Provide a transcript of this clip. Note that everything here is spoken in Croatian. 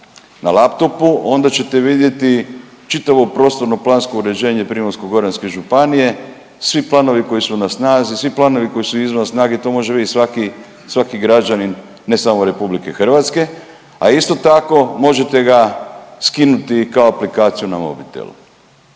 na laptopu, onda ćete vidjeti čitavo prostorno-plansko uređenje Primorsko-goranske županije, svi planovi koji su na snazi, svi planovi koji su izvan snage. To može vidjeti svaki građanin ne samo Republike Hrvatske, a isto tako možete ga skinuti kao aplikaciju na mobitelu.